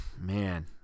Man